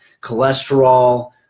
cholesterol